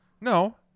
No